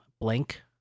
blank